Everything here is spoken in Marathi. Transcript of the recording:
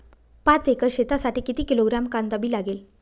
पाच एकर शेतासाठी किती किलोग्रॅम कांदा बी लागेल?